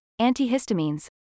antihistamines